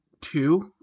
two